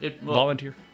Volunteer